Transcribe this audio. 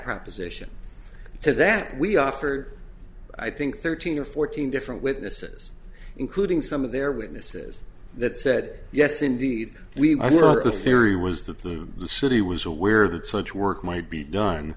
proposition to that we offered i think thirteen or fourteen different witnesses including some of their witnesses that said yes indeed we were the theory was that the city was aware that such work might be done